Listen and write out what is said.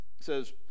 says